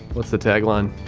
what's the tagline?